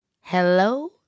Hello